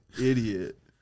Idiot